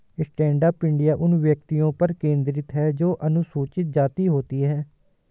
stand up India उन व्यक्तियों पर केंद्रित है जो अनुसूचित जाति होती है